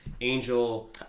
Angel